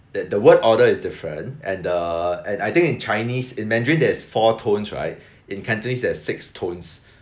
that the word order is different and the and I think in chinese in mandarin there is four tones right in cantonese there is six tones